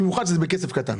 במיוחד שמדובר בכסף קטן.